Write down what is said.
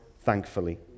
thankfully